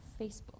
Facebook